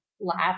laugh